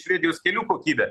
švedijos kelių kokybę